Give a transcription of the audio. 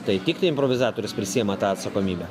tai tikrai improvizatorius prisiima tą atsakomybę